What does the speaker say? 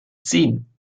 ziehen